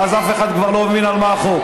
ואז אף אחד כבר לא מבין על מה החוק,